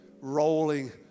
rolling